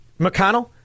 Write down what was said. McConnell